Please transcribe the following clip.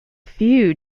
few